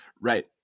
right